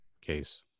case